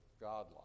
godlike